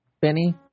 Benny